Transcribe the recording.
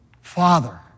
Father